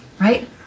right